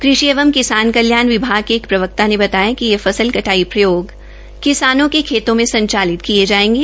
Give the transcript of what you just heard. कृषि एवं किसान कल्याण विभाग के एक प्रवक्ता ने बताया कि ये फसल कटाई प्रयोग किसानों के खेतों में संचालित किए जाएंगे